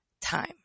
time